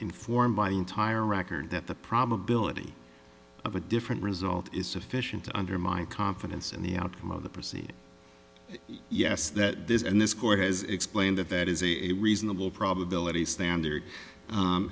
informed by the entire record that the probability of a different result is sufficient to undermine confidence in the outcome of the proceeding yes that this and this court has explained that that is a reasonable probability standard